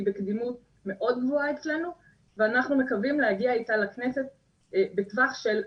היא בקדימות מאוד גבוהה אצלנו ואנחנו מקווים להגיע איתה לכנסת בטווח של,